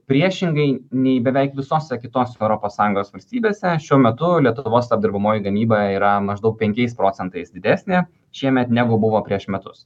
priešingai nei beveik visose kitose europos sąjungos valstybėse šiuo metu lietuvos apdirbamoji gamyba yra maždaug penkiais procentais didesnė šiemet negu buvo prieš metus